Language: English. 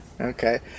Okay